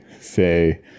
say